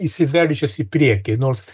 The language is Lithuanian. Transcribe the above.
įsiveržęs į priekį nors